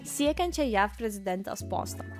siekiančią jav prezidentės posto